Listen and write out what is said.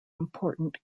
important